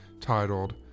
titled